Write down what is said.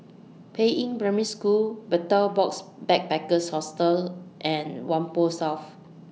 Peiying Primary School Betel Box Backpackers Hostel and Whampoa South